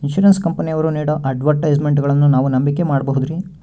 Insurance ಕಂಪನಿಯವರು ನೇಡೋ ಅಡ್ವರ್ಟೈಸ್ಮೆಂಟ್ಗಳನ್ನು ನಾವು ನಂಬಿಕೆ ಮಾಡಬಹುದ್ರಿ?